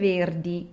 Verdi